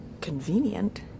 convenient